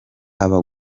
aba